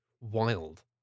wild